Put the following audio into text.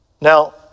Now